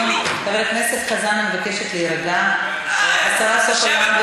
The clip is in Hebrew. יואל, כשהיית חבר כנסת בקדנציה הראשונה, חצי שנה,